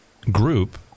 group